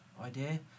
idea